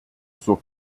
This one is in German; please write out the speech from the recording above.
zur